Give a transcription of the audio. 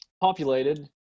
populated